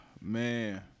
man